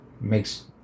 makes